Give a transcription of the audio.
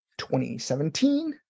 2017